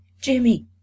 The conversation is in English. Jimmy